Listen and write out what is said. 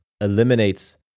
eliminates